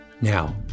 Now